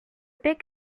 big